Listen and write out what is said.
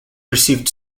received